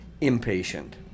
impatient